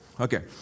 okay